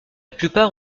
plupart